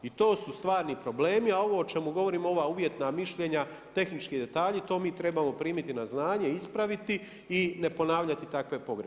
I to su stvarni problemi, a ovo o čemu govorim, ova uvjetna mišljenja, tehnički detalji to mi trebamo primiti na znanje, ispraviti i ne ponavljati takve pogreške.